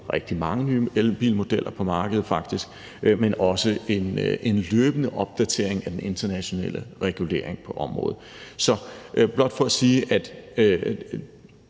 rigtig mange nye elbilmodeller, på markedet, men også en løbende opdatering af den internationale regulering på området. Det er blot for at sige, at